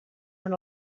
són